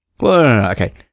Okay